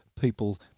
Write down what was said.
people